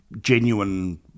genuine